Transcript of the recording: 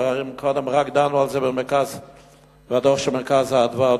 הרי רק קודם דנו על זה בדוח של "מרכז אדוה",